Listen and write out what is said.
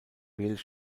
wales